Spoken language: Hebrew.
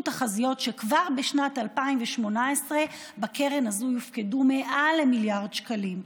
תחזיות שכבר בשנת 2018 בקרן הזו יופקדו מעל למיליארד שקלים.